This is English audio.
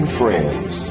friends